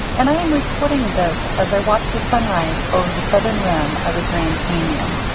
and i am recording this as i watch the sun rise over the southern rim of the grand canyon.